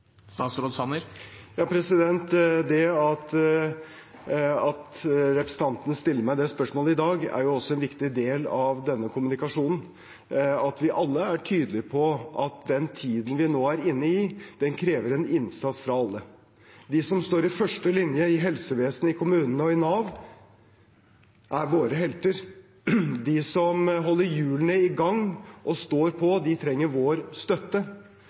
Det at representanten stiller meg det spørsmålet i dag, er også en viktig del av denne kommunikasjonen at vi alle er tydelig på at den tiden vi nå er inne i, krever en innsats fra alle. De som står i første linje i helsevesenet i kommunene og i Nav, er våre helter. De som holder hjulene i gang og står på, trenger vår støtte, og alle de bedriftslederne og -eierne skal vi også vise vår støtte